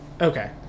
Okay